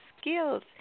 skills